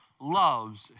loves